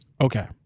Okay